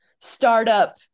startup